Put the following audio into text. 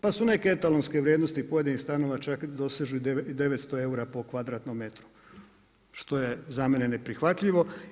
Pa su neke etalonske vrijednosti pojedinih stanova čak dosežu i 900 eura po kvadratnom metru, što je za mene neprihvatljivo.